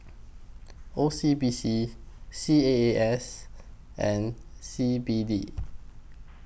O C B C C A A S and C B D